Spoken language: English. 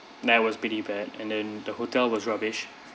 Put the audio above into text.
that was pretty bad and then the hotel was rubbish